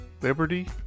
liberty